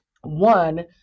one